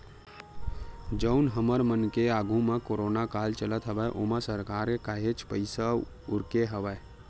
जउन हमर मन के आघू म कोरोना काल चलत हवय ओमा सरकार के काहेच पइसा उरके हवय